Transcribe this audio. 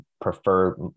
prefer